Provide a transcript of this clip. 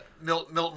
milton